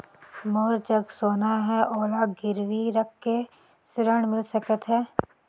मोर जग सोना है ओला गिरवी रख के ऋण मिल सकथे?